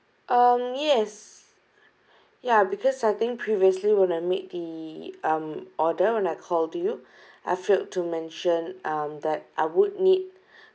um yes yeah because I think previously when I made the um order when I called you I failed to mention um that I would need